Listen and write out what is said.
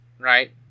right